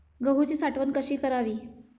गहूची साठवण कशी करावी?